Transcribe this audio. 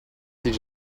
did